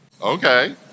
Okay